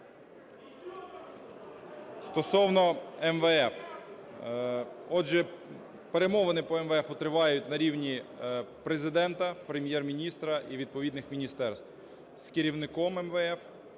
Стосовно МВФ. Отже, перемовини по МВФу тривають на рівні Президента, Прем'єр-міністра і відповідних міністерств з керівником МВФ